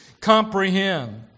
comprehend